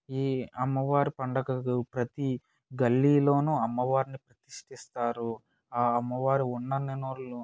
ఈ అమ్మవారు పండగకు ప్రతీ గల్లీలోనూ అమ్మవార్ని ప్రతిష్టిస్తారు ఆ అమ్మవారు ఉన్నన్ననాళ్ళు